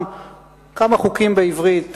כמה חוקים בעברית,